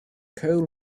coal